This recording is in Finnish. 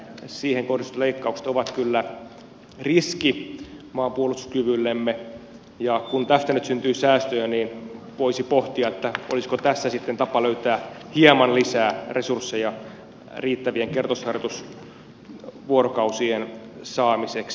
niihin kohdistuvat leikkaukset ovat kyllä riski maanpuolustuskyvyllemme ja kun tästä nyt syntyy säästöjä voisi pohtia olisiko tässä tapa löytää hieman lisää resursseja riittävien kertausharjoitusvuorokausien saamiseksi